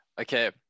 okay